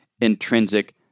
intrinsic